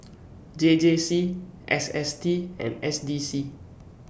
J J C S S T and S D C